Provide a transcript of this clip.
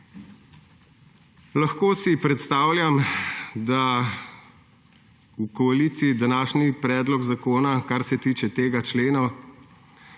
Lahko si predstavljam, da v koaliciji današnji predlog zakona, kar se tiče tega člena,